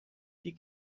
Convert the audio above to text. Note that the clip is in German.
die